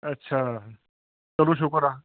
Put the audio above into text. ਅੱਛਾ ਚਲੋ ਸ਼ੁਕਰ ਆ